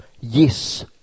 Yes